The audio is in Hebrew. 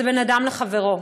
זה בין אדם לחברו.